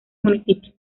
municipio